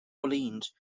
orleans